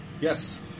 Yes